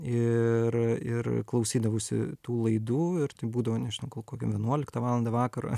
ir ir klausydavausi tų laidų ir tai būdavo nežinau gal kokią vienuoliktą valandą vakaro